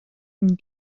une